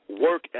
work